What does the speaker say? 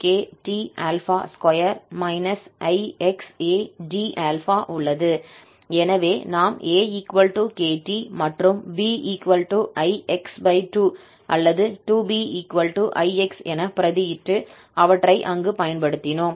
எனவே நாம் 𝑎 𝑘𝑡 மற்றும் b ix2அல்லது 2𝑏 𝑖𝑥 என பிரதியிட்டு அவற்றை அங்கு பயன்படுத்தினோம்